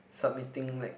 submitting like